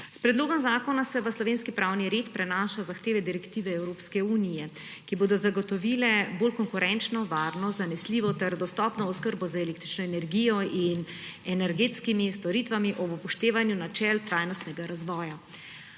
S predlogom zakona se v slovenski pravni red prenašajo zahteve direktive EU, ki bodo zagotovile bolj konkurenčno varnost, zanesljivo ter dostopno oskrbo z električno energijo in energetskimi storitvami ob upoštevanju načel tajnostnega razvoja.